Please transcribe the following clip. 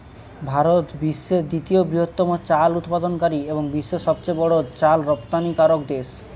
ভারত বিশ্বের দ্বিতীয় বৃহত্তম চাল উৎপাদনকারী এবং বিশ্বের সবচেয়ে বড় চাল রপ্তানিকারক দেশ